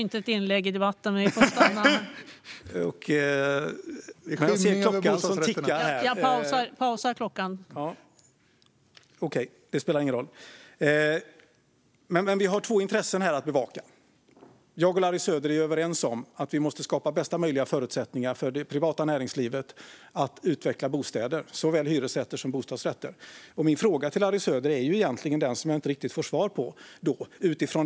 Vi har två intressen att bevaka. Jag och Larry Söder är överens om att vi måste skapa bästa möjliga förutsättningar för det privata näringslivet att utveckla bostäder, såväl hyresrätter som bostadsrätter. Min fråga till Larry Söder får jag inte riktigt svar på.